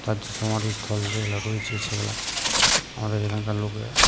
তার যে সমাধিস্থল জায়গা রয়েছে সেগুলো আমাদের এখানকার লোকেরা